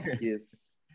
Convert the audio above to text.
yes